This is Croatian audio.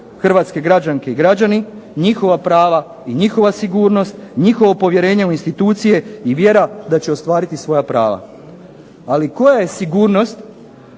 hrvatske građanke i građani, njihova prava i njihova sigurnost, njihovo povjerenje u institucije i vjera da će ostvariti svoja prava. Ali koja je sigurnost